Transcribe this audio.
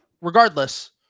regardless